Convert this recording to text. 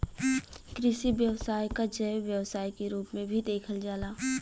कृषि व्यवसाय क जैव व्यवसाय के रूप में भी देखल जाला